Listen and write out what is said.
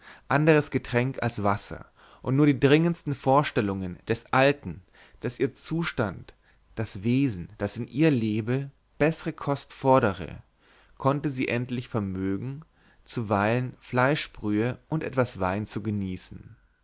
anderes getränk als wasser und nur die dringendsten vorstellungen des alten daß ihr zustand das wesen das in ihr lebe bessere kost fordere konnte sie endlich vermögen zuweilen fleischbrühe und etwas wein zu genießen